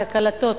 את הקלטות